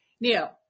Neil